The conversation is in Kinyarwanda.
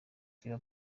kiba